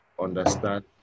understand